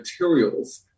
materials